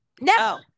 no